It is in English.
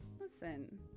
Listen